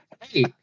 Hey